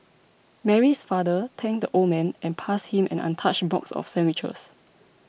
Mary's father thanked the old man and passed him an untouched box of sandwiches